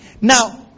now